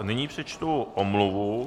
Nyní přečtu omluvu.